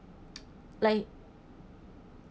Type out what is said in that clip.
like